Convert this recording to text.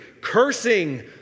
cursing